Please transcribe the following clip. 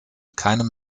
keinem